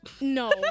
No